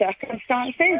circumstances